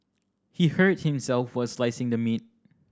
he hurt himself while slicing the meat